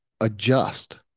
adjust